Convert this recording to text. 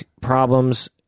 problems